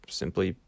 simply